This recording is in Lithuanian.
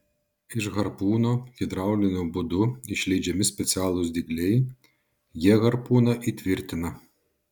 iš harpūno hidrauliniu būdu išleidžiami specialūs dygliai jie harpūną įtvirtina